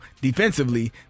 defensively